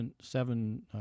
seven